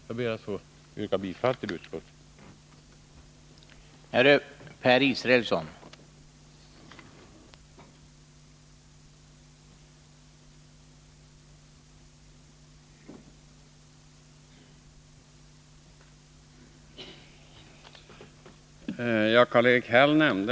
Jag ber att få yrka bifall till utskottets hemställan.